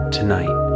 Tonight